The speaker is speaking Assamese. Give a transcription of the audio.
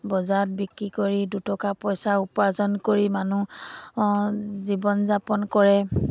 বজাৰত বিক্ৰী কৰি দুটকা পইচা উপাৰ্জন কৰি মানুহ জীৱন যাপন কৰে